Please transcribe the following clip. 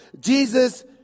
Jesus